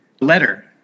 letter